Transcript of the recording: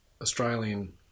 Australian